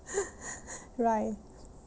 right